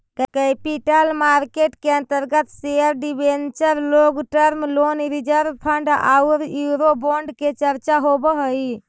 capital market के अंतर्गत share debenture long term loan reserve fund औउर यूरोबोंड के चर्चा होवऽ हई